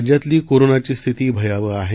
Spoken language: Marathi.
राज्यातली कोरोनाची स्थिती भयावह आहे